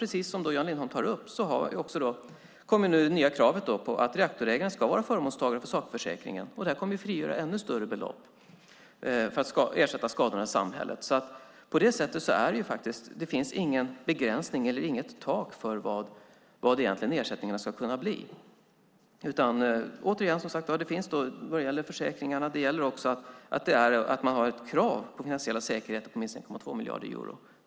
Precis som Jan Lindholm tar upp kommer nu det nya kravet att reaktorägaren ska vara förmånstagare för sakförsäkringen. Då kommer det att frigöras ännu större belopp för att ersätta skadorna i samhället. På det sättet finns det ingen begränsning eller inget tak för vad ersättningarna ska kunna bli. Återigen: Det här gäller för säkringarna, och det finns ett krav på finansiella säkerheter på minst 1,2 miljarder euro.